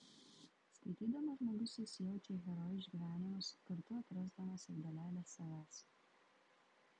skaitydamas žmogus įsijaučia į herojų išgyvenimus kartu atrasdamas ir dalelę savęs